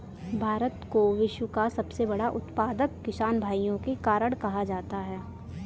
भारत को विश्व का सबसे बड़ा उत्पादक किसान भाइयों के कारण कहा जाता है